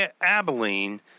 Abilene